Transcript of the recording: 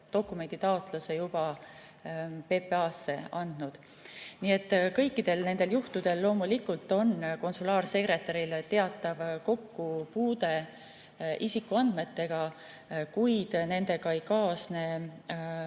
dokumenditaotluse juba PPA-sse andnud. Nii et kõikidel nendel juhtudel loomulikult on konsulaarsekretäril teatav kokkupuude isikuandmetega, kuid ei kaasne